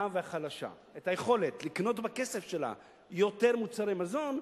והחלשה את היכולת לקנות בכסף שלה יותר מוצרי מזון,